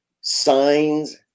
signs